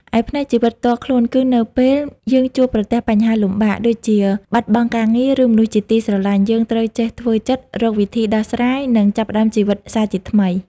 ឯ ផ្នែកជីវិតផ្ទាល់ខ្លួន គឺនៅពេលយើងជួបប្រទះបញ្ហាលំបាក (ដូចជាបាត់បង់ការងារ ឬមនុស្សជាទីស្រឡាញ់) យើងត្រូវចេះធ្វើចិត្ត រកវិធីដោះស្រាយ និងចាប់ផ្តើមជីវិតសាជាថ្មី។